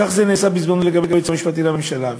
כך זה נעשה בזמנו לגבי היועץ המשפטי לממשלה,